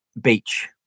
Beach